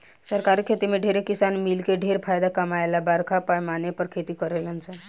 सरकारी खेती में ढेरे किसान मिलके ढेर फायदा कमाए ला बरका पैमाना पर खेती करेलन सन